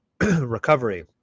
recovery